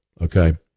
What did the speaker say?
okay